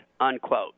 unquote